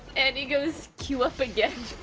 and he goes queue up again,